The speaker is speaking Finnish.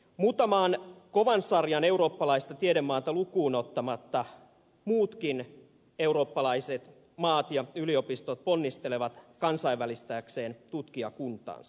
muutamaa kovan sarjan eurooppalaista tiedemaata lukuun ottamatta muutkin eurooppalaiset maat ja yliopistot ponnistelevat kansainvälistääkseen tutkijakuntaansa